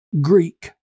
Greek